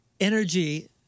Energy